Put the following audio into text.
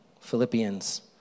Philippians